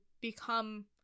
become